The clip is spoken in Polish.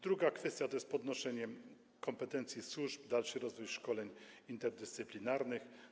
Druga kwestia to jest podnoszenie kompetencji służb, dalszy rozwój szkoleń interdyscyplinarnych.